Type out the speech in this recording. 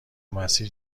مسیر